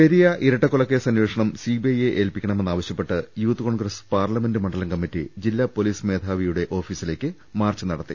പെരിയ ഇരട്ടക്കൊലക്കേസ് അന്വേഷണം സിബിഐ യെ ഏൽപ്പിക്കണമെന്നാവശ്യപ്പെട്ട് യൂത്ത് കോൺഗ്രസ് പാർലമെന്റ് മണ്ഡലം കമ്മറ്റി ജില്ലാ പൊലീസ് മേധാവി ഓഫീസിലേക്ക് മാർച്ച് നടത്തി